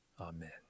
amen